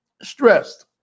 stressed